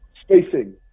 Spacing